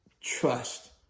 trust